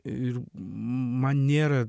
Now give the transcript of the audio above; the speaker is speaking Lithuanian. ir man nėra